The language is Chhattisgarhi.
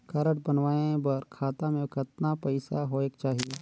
कारड बनवाय बर खाता मे कतना पईसा होएक चाही?